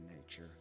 nature